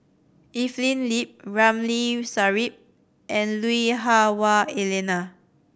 Evelyn Lip Ramli Sarip and Lui Hah Wah Elena